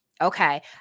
Okay